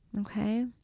Okay